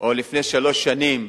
או לפני שלוש שנים